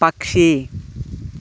పక్షి